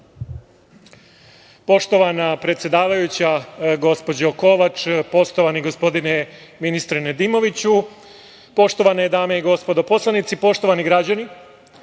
Poštovana predsedavajuća, gospođo Kovač, poštovani gospodine, ministre Nedimoviću, poštovane dame i gospodo poslanici, poštovani građani,